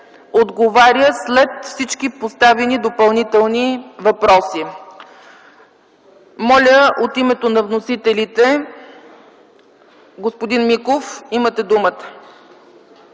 отговаря след всички поставени допълнителни въпроси. От името на вносителите, господин Миков, имате думата.